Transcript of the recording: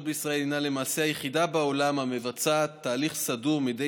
בישראל הינה למעשה היחידה בעולם המבצעת תהליך סדור מדי